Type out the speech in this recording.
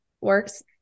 works